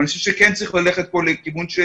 אני חושב שכן צריך ללכת פה לכיוון של